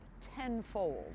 tenfold